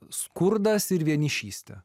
skurdas ir vienišystė